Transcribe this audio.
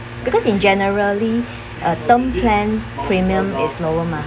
because in generally a term plan premium is lower mah